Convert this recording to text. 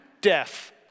deaf